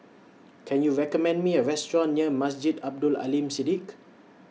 Can YOU recommend Me A Restaurant near Masjid Abdul Aleem Siddique